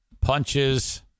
punches